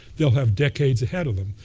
they'll have decades ahead of them.